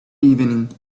evening